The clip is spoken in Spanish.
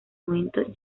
momento